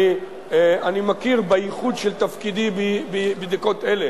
אני מכיר בייחוד של תפקידי בדקות אלה,